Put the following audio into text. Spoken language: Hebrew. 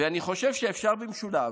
ואני חושב שאפשר לפעול במשולב,